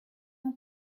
mon